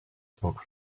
spoke